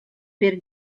per